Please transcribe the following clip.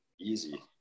easy